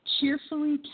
cheerfully